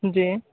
जी